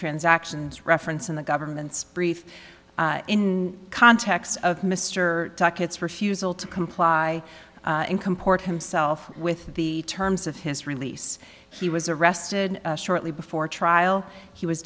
transactions reference in the government's brief in context of mr duckett's refusal to comply and comport himself with the terms of his release he was arrested shortly before trial he was